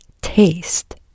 taste